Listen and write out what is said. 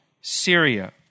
Syria